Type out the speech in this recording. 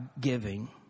giving